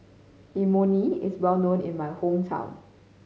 imoni is well known in my hometown